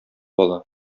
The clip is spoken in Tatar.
ала